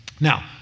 Now